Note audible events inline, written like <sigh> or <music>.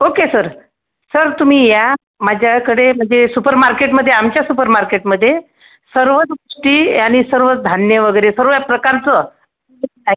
okay sir sir तुम्ही या माझ्याकडे म्हणजे सुपर मार्केटमध्ये आमच्या सुपर मार्केटमध्ये सर्व गोष्टी आणि सर्वच धान्य वगैरे सर्व प्रकारचं <unintelligible>